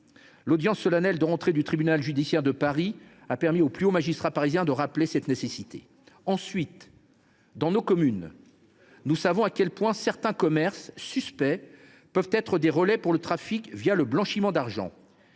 L’audience solennelle de rentrée du tribunal judiciaire de Paris a permis aux plus hauts magistrats parisiens de rappeler cette nécessité. Ensuite, dans nos communes, nous savons à quel point certains commerces suspects peuvent être des relais pour le trafic le blanchiment d’argent.